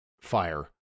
fire